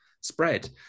spread